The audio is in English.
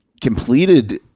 completed